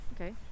Okay